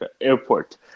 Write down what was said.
airport